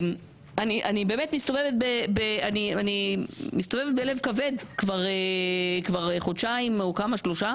אני באמת מסתובבת בלב כבד כבר חודשיים או שלושה